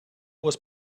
was